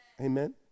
Amen